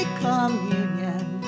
communion